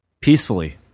Peacefully